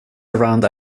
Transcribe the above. around